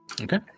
Okay